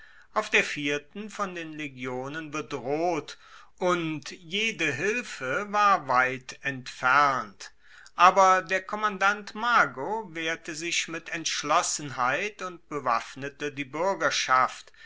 auf der vierten von den legionen bedroht und jede hilfe war weit entfernt aber der kommandant mago wehrte sich mit entschlossenheit und bewaffnete die buergerschaft